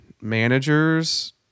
managers